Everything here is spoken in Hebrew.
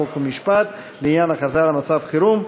חוק ומשפט לעניין הכרזה על מצב חירום,